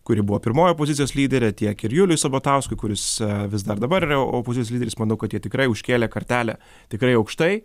kuri buvo pirmoji opozicijos lyderė tiek ir juliui sabatauskui kuris vis dar dabar yra opozicijos lyderis manau kad jie tikrai užkėlė kartelę tikrai aukštai